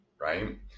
right